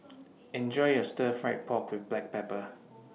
Enjoy your Stir Fried Pork with Black Pepper